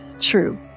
True